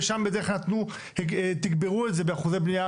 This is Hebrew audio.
ושם בדרך כלל תגברו את זה אחוזי בנייה